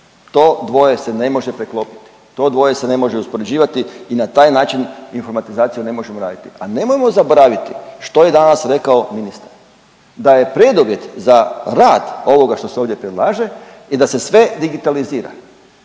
To dvoje se ne može preklopiti. To dvoje se ne može uspoređivati i na taj način informatizacija ne može … /ne razumije se/ … Pa nemojmo zaboraviti što je danas rekao ministar, da je preduvjet za rad ovoga što se ovdje predlaže je da se sve digitalizira.